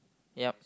yup